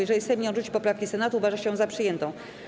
Jeżeli Sejm nie odrzuci poprawki Senatu, uważa się ją za przyjętą.